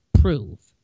prove